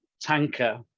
tanker